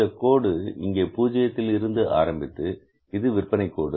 இந்தக் கோடு இங்கே பூஜ்ஜியத்தில் இருந்து ஆரம்பித்து இது விற்பனை கோடு